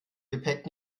gepäck